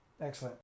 Excellent